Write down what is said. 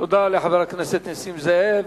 תודה לחבר הכנסת נסים זאב.